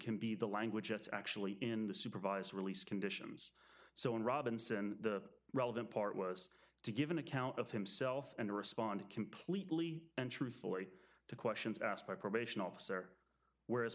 can be the language it's actually in the supervised release conditions so in robinson the relevant part was to give an account of himself and the respondent completely and truthfully to questions asked by a probation officer whereas